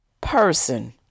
Person